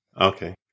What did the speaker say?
Okay